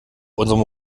unserem